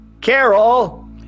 Carol